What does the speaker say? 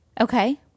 Okay